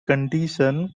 condition